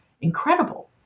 incredible